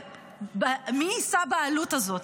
ומי יישא בעלות הזאת.